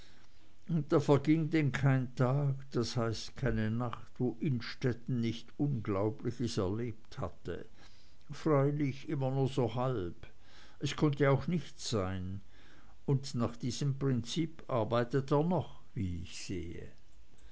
da verging denn kein tag das heißt keine nacht wo innstetten nicht unglaubliches erlebt hatte freilich immer nur so halb es konnte auch nichts sein und nach diesem prinzip arbeitet er noch wie ich sehe